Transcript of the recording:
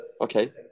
Okay